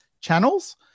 channels